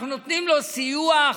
אנחנו נותנים לו סיוע.